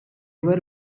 were